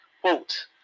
quote